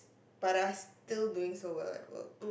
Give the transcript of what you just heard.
but are still doing so well at work